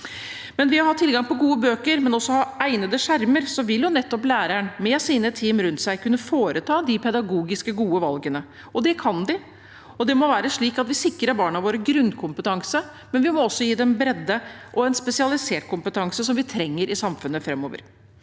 våre. Ved å ha tilgang på gode bøker, men også egnede skjermer så vil nettopp læreren med sine team rundt seg kunne foreta de pedagogisk gode valgene, og det kan de. Det må være slik at vi sikrer barna våre grunnkompetanse, men vi må også gi dem bredde og en spesialisert kompetanse som vi trenger i samfunnet framover.